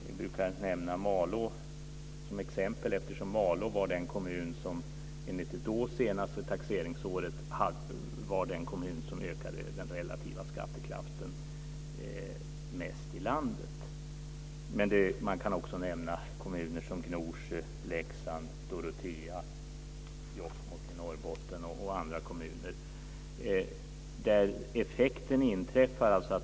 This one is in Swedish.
Vi brukar nämna Malå som exempel eftersom det ett visst år var den kommun som ökade den relativa skattekraften mest i landet taxeringsåret innan. Man kan också nämna kommuner som Gnosjö, Leksand, Dorotea och Jokkmokk i Norrbotten.